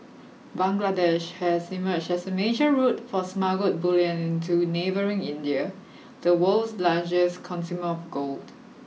Bangladesh has emerged as a major route for smuggled bullion into neighbouring India the world's largest consumer of gold